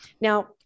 Now